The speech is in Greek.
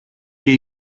και